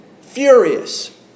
furious